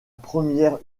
première